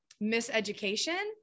miseducation